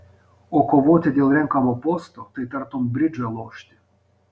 o kovoti dėl renkamo posto tai tartum bridžą lošti